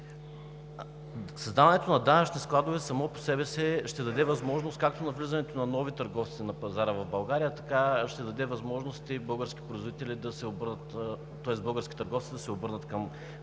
Създаването на данъчните складове само по себе си ще даде възможност както на влизането на нови търговци на пазара в България, така ще даде възможност и български производители, чрез българските власти, да се обърнат към